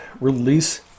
release